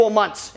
months